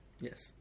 Yes